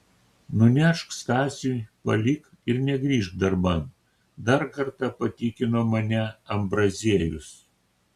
nunešk stasiui palik ir negrįžk darban dar kartą patikino mane ambraziejus